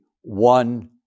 one